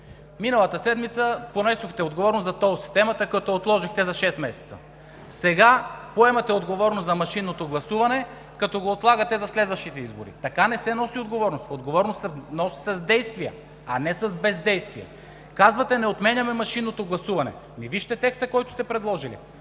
Миналата седмица понесохте отговорност за тол системата, като я отложихте за шест месеца. Сега поемате отговорност за машинното гласуване като го отлагате за следващите избори. Така не се носи отговорност! Отговорност се носи с действия, а не с бездействия. Казвате – не отменяме машинното гласуване, ами вижте текста, който сте предложили: